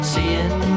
Seeing